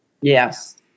Yes